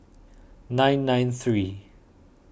nine nine three